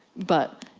but,